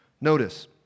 Notice